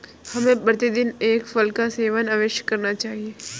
हमें प्रतिदिन एक फल का सेवन अवश्य करना चाहिए